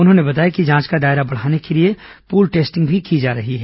उन्होंने बताया कि जांच का दायरा बढ़ाने के लिए पूल टेस्टिंग भी की जा रही है